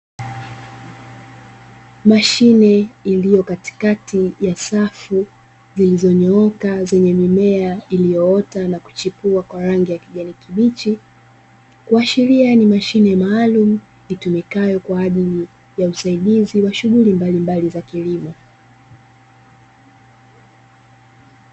Mashine iliyo katikati ya safu zilizonyooka zenye mimea iliyoota na kuchipua kwa rangi ya kijani kibichi, kuashiria ni mashine maalumu itumikayo kwa ajili usaidizi wa shughuli mbalimbali za kilimo.